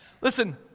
Listen